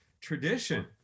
tradition